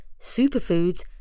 superfoods